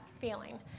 feeling